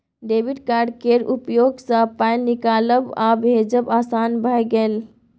debit card केर उपयोगसँ पाय निकालब आ भेजब आसान भए गेल